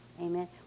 amen